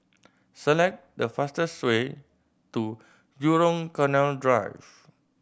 select the fastest way to Jurong Canal Drive